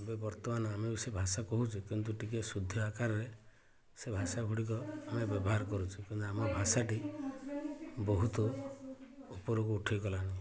ଏବେ ବର୍ତ୍ତମାନ ଆମେ ବି ସେ ଭାଷା କହୁଛେ କିନ୍ତୁ ଟିକେ ଶୁଦ୍ଧ ଆକାରରେ ସେ ଭାଷା ଗୁଡ଼ିକ ଆମେ ବ୍ୟବହାର କରୁଛୁ କିନ୍ତୁ ଆମ ଭାଷାଟି ବହୁତ ଉପରକୁ ଉଠି ଗଲାଣି